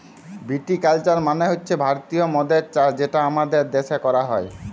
ভিটি culture মালে হছে ভারতীয় মদের চাষ যেটা আমাদের দ্যাশে ক্যরা হ্যয়